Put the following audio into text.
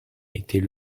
était